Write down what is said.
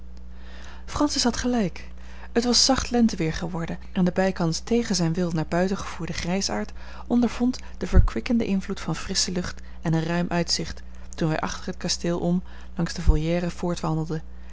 francis had gelijk het was zacht lenteweer geworden en de bijkans tegen zijn wil naar buiten gevoerde grijsaard ondervond den verkwikkenden invloed van frissche lucht en een ruim uitzicht toen wij achter het kasteel om langs de